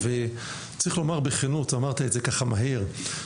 וצריך לומר בכנות ואמרת את זה ככה במהירות,